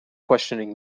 questioning